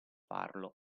farlo